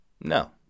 No